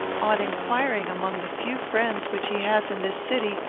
on inquiring among the few friends which he has in this city,